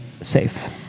safe